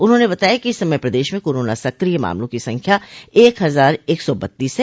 उन्होंने बताया कि इस समय प्रदेश में कोरोना सकिय मामलों की संख्या एक हजार एक सौ बत्तीस है